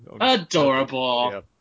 Adorable